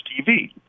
TV